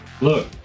Look